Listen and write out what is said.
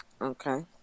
Okay